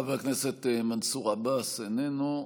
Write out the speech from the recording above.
חבר הכנסת מנסור עבאס, איננו.